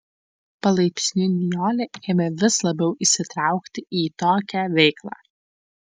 palaipsniui nijolė ėmė vis labiau įsitraukti į tokią veiklą